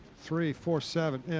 three, four, seven. yeah.